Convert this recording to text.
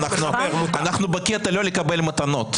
אנחנו בקטע לא לקבל מתנות.